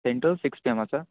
ten to six టైమా sir